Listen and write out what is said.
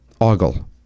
Ogle